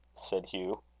said hugh.